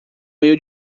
meio